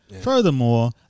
furthermore